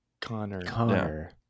Connor